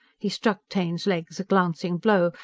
he struck taine's legs a glancing blow,